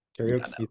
Karaoke